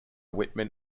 whitman